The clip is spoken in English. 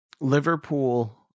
Liverpool